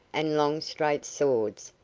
and long straight swords,